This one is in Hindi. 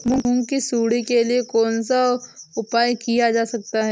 मूंग की सुंडी के लिए कौन सा उपाय किया जा सकता है?